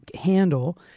handle